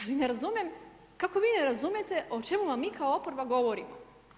Ali ne razumijem kako vi ne razumijete o čemu vam mi kao oporba govorimo.